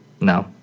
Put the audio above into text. No